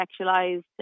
sexualized